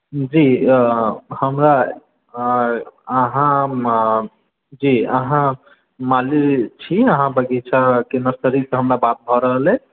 जी हमरा अहाँ जी अहाँ मालिक छी अहाँ वजिस्ता के नर्सरी सऽ हमरा बात भऽ रहल अइ